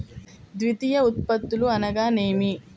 ద్వితీయ ఉత్పత్తులు అనగా నేమి?